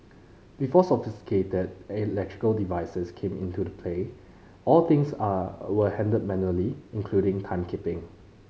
before sophisticated electrical devices came into the play all things are were handled manually including timekeeping